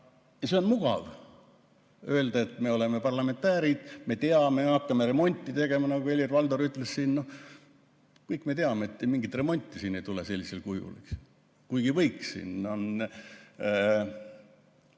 see on mugav, öelda, et me oleme parlamentäärid, me teame, me hakkame remonti tegema, nagu Helir-Valdor ütles. Kõik me teame, et mingit remonti siin ei tule sellisel kujul, kuigi võiks.